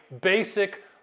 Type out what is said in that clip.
basic